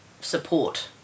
support